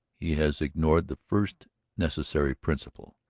he has ignored the first necessary principle,